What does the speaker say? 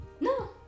no